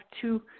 two